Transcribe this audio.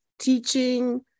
teaching